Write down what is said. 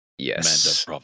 Yes